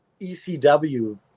ECW